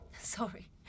Sorry